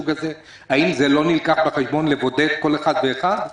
האם לא נלקח בחשבון הצורך לבודד כל אחד ואחד בניידת?